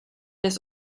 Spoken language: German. des